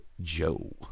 Joe